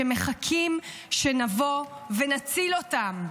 שמחכים שנבוא ונציל אותם.